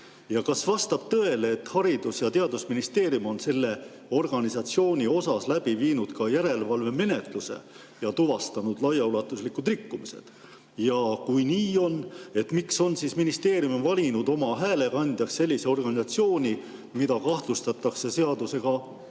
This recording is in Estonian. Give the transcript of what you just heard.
Kas vastab tõele, et Haridus‑ ja Teadusministeerium on selles organisatsioonis läbi viinud järelevalvemenetluse ja tuvastanud laiaulatuslikud rikkumised? Kui nii on, siis miks on ministeerium valinud oma häälekandjaks sellise organisatsiooni, mida kahtlustatakse seadustega